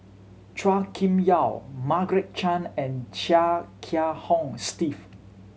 Chua Kim Yeow Margaret Chan and Chia Kiah Hong Steve